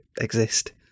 exist